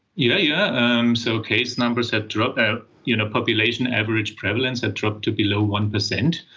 yeah yeah um so case numbers had dropped, ah you know population average prevalence had dropped to below one percent.